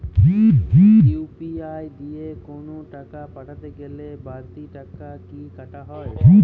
UPI দিয়ে কোন টাকা পাঠাতে গেলে কোন বারতি টাকা কি কাটা হয়?